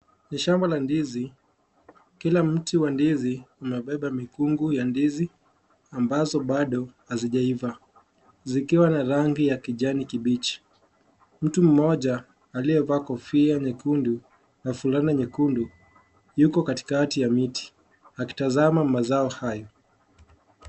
Ni shamba la ndizi. Kila mti wa ndizi umebeba mikungu ya ndizi ambazo bado hazijaiva zikiwa na rangi ya kijani kibichi. Mtu mmoja aliyevaa kofia nyekundu na fulana nyekundu yuko katikati ya miti akitazama mazao hayo.